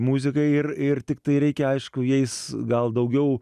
muzika ir ir tiktai reikia aišku jais gal daugiau